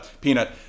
Peanut